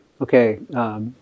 Okay